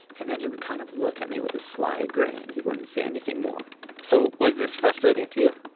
and then he would kind of look at me with a sly grin and he wouldn't say anything more so was this frustrating to you?